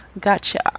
gotcha